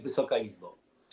Wysoka Izbo!